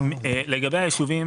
לגבי היישובים